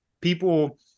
People